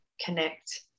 connect